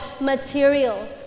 material